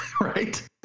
Right